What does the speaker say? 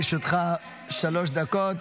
לרשותך שלוש דקות.